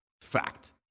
Fact